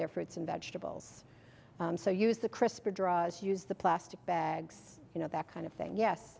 their fruits and vegetables so use the crisper draws use the plastic bags you know that kind of thing yes